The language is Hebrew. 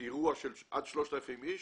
באירוע של עד 3,000 איש